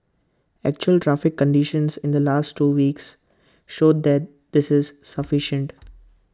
actual traffic conditions in the last two weeks showed that this is sufficient